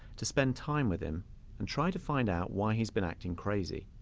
to spend time with them and try to find out why he's been acting crazy